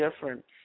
different